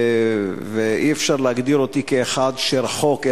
אי-אפשר להגדיר אותי כאחד שרחוק,